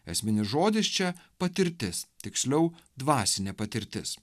esminis žodis čia patirtis tiksliau dvasinė patirtis